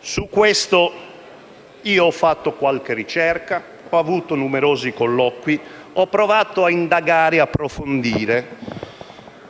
Su questo io ho fatto qualche ricerca, ho avuto numerosi colloqui, ho provato ad indagare e ad approfondire.